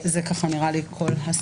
נראה לי שזה כל הסיכום.